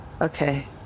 Okay